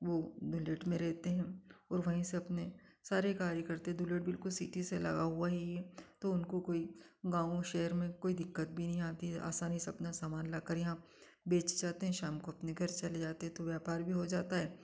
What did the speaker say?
वह मेरठ में रहते हैं और वहीं से अपने सारे कार्य कर करते हैं दुलट बिल्कुल सिटी से लगा हुआ ही है तो उनको कोई गाँव शहर में कोई दिक्कत भी नहीं आती है आसानी से अपना सामान लाकर यहाँ बेच जाते हैं और शाम को अपने घर चले जाते हैं तो व्यापार भी हो जाता है